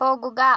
പോകുക